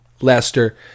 Lester